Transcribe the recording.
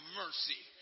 mercy